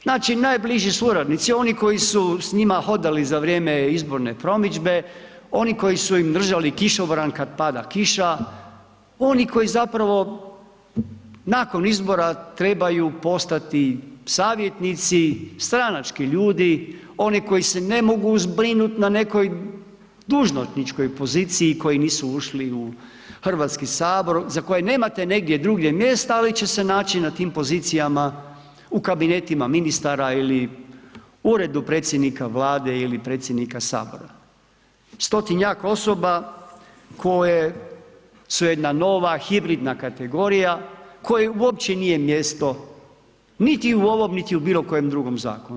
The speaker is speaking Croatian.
Znači najbliži suradnici oni koji su s njima hodali za vrijeme izborne promidžbe, oni koji su im držali kišobran kada pada kiša, oni koji zapravo nakon izbora trebaju postati savjetnici, stranački ljudi, oni koji se ne mogu zbrinuti na nekoj dužnosničkoj poziciji koji nisu ušli u Hrvatski sabor, za koje nemate negdje drugdje mjesta ali će se naći na tim pozicijama u kabinetima ministara ili Uredu predsjednika Vlade ili predsjednika Sabora, 100-njak osoba koje su jedna nova hibridna kategorija kojoj uopće nije mjesto niti u ovom niti u bilo kojem drugom zakonu.